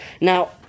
now